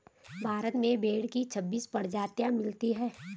भारत में भेड़ की छब्बीस प्रजाति मिलती है